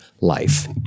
life